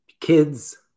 kids